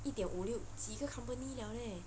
一点五六几个 company liao leh